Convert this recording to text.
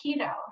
keto